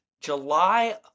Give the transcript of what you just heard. July